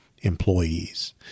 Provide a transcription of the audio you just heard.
employees